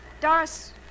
Doris